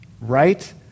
right